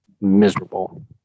miserable